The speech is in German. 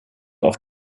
auch